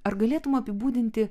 ar galėtum apibūdinti